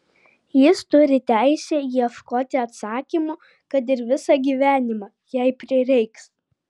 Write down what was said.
jis turi teisę ieškoti atsakymų kad ir visą gyvenimą jei prireiks